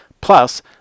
Plus